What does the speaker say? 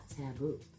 taboo